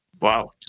wow